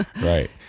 Right